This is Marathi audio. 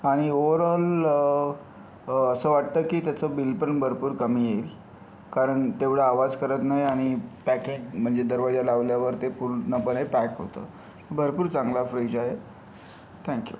आणि ओव्हरऑल असं वाटतं की त्याचं बिलपण भरपूर कमी येईल कारण तेवढा आवाज करत नाही आणि पॅकेज म्हणजे दरवाजा लावल्यावर पूर्णपणे पॅक होतं भरपूर चांगला फ्रिज आहे थँक्यू